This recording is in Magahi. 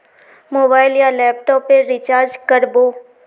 मोबाईल या लैपटॉप पेर रिचार्ज कर बो?